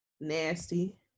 Nasty